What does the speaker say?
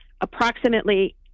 approximately